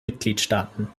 mitgliedstaaten